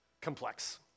complex